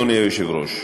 אדוני היושב-ראש.